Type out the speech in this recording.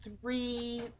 three